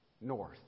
north